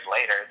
later